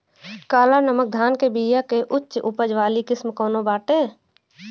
काला नमक धान के बिया के उच्च उपज वाली किस्म कौनो बाटे?